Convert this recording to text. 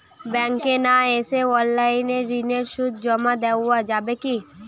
ব্যাংকে না এসে অনলাইনে ঋণের সুদ জমা দেওয়া যাবে কি?